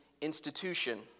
institution